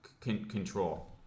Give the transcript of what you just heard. control